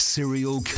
Serial